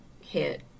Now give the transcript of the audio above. hit